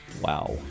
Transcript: Wow